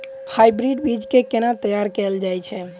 Hybrid बीज केँ केना तैयार कैल जाय छै?